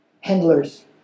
handlers